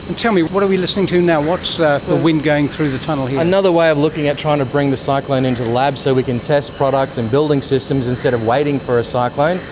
tell me, what are we listening to now? what's the the wind going through the tunnel here? another way of looking at trying to bring the cyclone into the lab so we can test products and building systems instead of waiting for a cyclone.